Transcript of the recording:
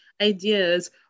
ideas